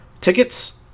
Tickets